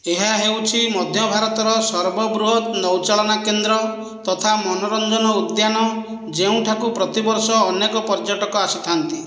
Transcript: ଏହା ହେଉଛି ମଧ୍ୟ ଭାରତର ସର୍ବବୃହତ୍ ନୌଚାଳନା କେନ୍ଦ୍ର ତଥା ମନୋରଞ୍ଜନ ଉଦ୍ୟାନ ଯେଉଁଠି କୁ ପ୍ରତିବର୍ଷ ଅନେକ ପର୍ଯ୍ୟଟକ ଆସିଥାନ୍ତି